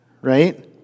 right